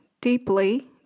deeply